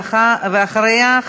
ואחריה,